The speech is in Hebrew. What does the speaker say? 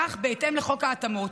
כך, בהתאם לחוק ההתאמות,